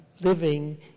living